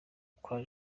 kwa